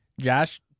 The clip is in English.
Josh